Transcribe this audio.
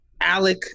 Alec